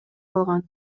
калган